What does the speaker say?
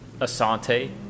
Asante